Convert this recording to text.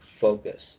focus